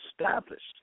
established